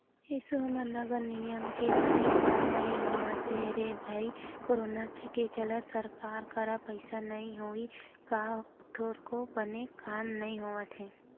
एसो हमर नगर निगम म बने काम नइ होवत हे रे भई करोनो के चलत सरकार करा पइसा नइ होही का थोरको बने काम नइ होवत हे